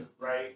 right